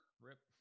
Rip